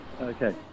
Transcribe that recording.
okay